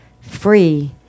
free